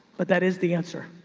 but that is the answer.